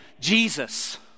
Jesus